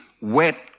wet